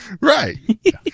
Right